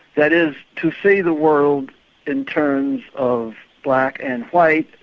that is to see the world in terms of black and white,